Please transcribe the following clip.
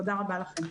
תודה רבה לכם.